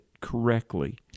correctly